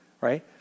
right